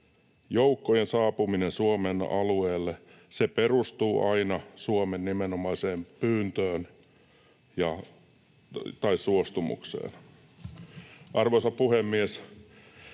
joukkojen saapuminen Suomen alueelle. Se perustuu aina Suomen nimenomaiseen pyyntöön tai suostumukseen. Arvoisa puhemies!